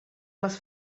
les